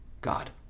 god